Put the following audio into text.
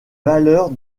valeurs